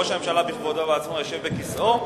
ראש הממשלה בכבודו ובעצמו יושב בכיסאו,